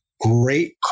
great